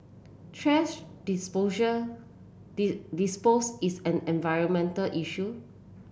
thrash disposal dispose is an environmental issue